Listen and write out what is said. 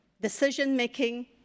decision-making